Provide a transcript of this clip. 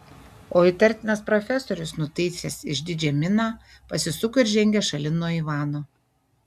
o įtartinas profesorius nutaisęs išdidžią miną pasisuko ir žengė šalin nuo ivano